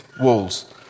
walls